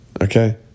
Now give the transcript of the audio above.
okay